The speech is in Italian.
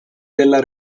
della